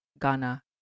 Ghana